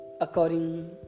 according